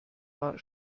war